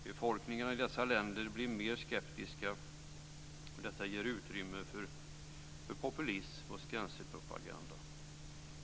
Befolkningarna i dessa länder blir mer skeptiska, och detta ger ett ökat utrymmer för populism och skrämselpropaganda.